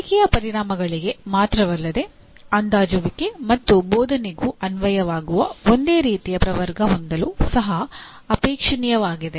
ಕಲಿಕೆಯ ಪರಿಣಾಮಗಳಿಗೆ ಮಾತ್ರವಲ್ಲದೆ ಅಂದಾಜುವಿಕೆ ಮತ್ತು ಬೋಧನೆಗೂ ಅನ್ವಯವಾಗುವ ಒಂದೇ ರೀತಿಯ ಪ್ರವರ್ಗ ಹೊಂದಲು ಸಹ ಅಪೇಕ್ಷಣೀಯವಾಗಿದೆ